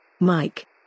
Mike